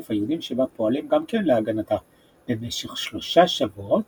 היהודים שבה פועלים גם כן להגנתה - במשך שלושה שבועות,